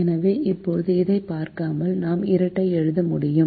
எனவே இப்போது இதைப் பார்க்காமல் நான் இரட்டை எழுத முடியும்